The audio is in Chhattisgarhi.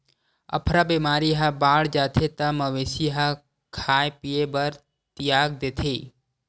अफरा बेमारी ह बाड़ जाथे त मवेशी ह खाए पिए बर तियाग देथे